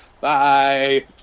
Bye